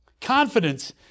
Confidence